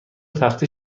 تخته